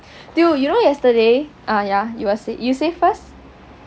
dude you know yesterday uh yeah you were you say first